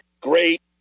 great